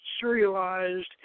serialized